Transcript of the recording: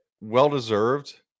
Well-deserved